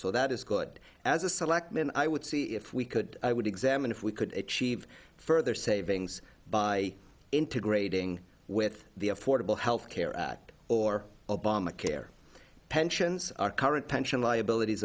so that is good as a selectman i would see if we could i would examine if we could achieve further savings by integrating with the affordable health care act or obamacare pensions our current pension liabilities